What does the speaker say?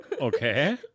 Okay